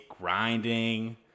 grinding